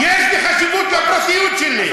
נו, יש לי חשיבות לפרטיות שלי.